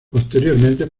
posteriormente